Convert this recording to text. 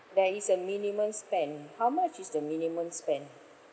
there is a minimum spend how much is the minimum spend